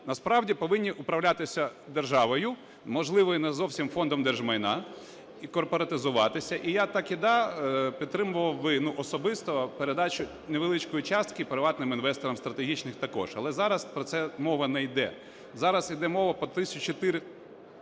насправді повинні управлятися державою, можливо, і не зовсім Фондом держмайна, і корпоратизуватися. І я-таки, да, підтримував би, ну особисто, передачу невеличкої частки приватним інвесторам стратегічних також. Але зараз про це мова не йде. Зараз іде мова по…